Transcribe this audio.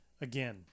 Again